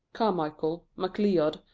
carmichael, macleod,